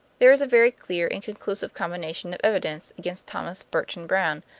there is a very clear and conclusive combination of evidence against thomas burton brown,